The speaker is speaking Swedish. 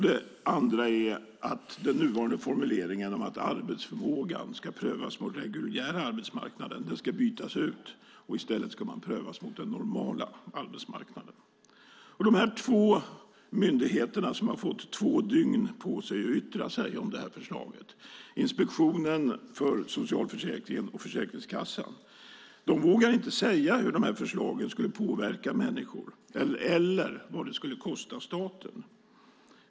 Den andra är att den nuvarande formuleringen att arbetsförmågan ska prövas mot den reguljära arbetsmarknaden ska bytas ut och att man i stället ska prövas mot den normala arbetsmarknaden. De två myndigheter - Inspektionen för socialförsäkringen och Försäkringskassan - som har fått två dygn på sig att yttra sig om förslaget vågar inte säga hur förslagen skulle påverka människor eller vad de skulle kosta staten.